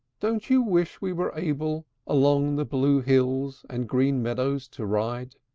don't you wish we were able along the blue hills and green meadows to ride?